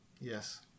Yes